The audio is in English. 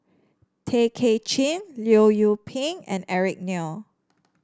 Tay Kay Chin Leong Yoon Pin and Eric Neo